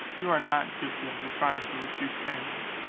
you are not guilty of the crime for which you stand here.